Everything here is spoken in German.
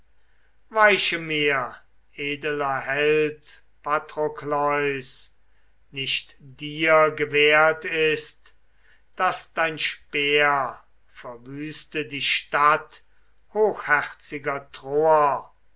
weiche mir edeler held patrokleus nicht dir gewährt ist daß dein speer verwüste die stadt hochherziger troer